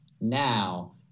now